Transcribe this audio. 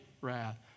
wrath